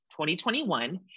2021